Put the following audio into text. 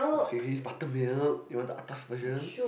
okay can use buttermilk you want the atas version